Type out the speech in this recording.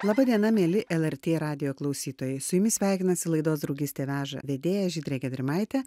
laba diena mieli lrt radijo klausytojai su jumis sveikinasi laidos draugystė veža vedėja žydrė gedrimaitė